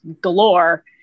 galore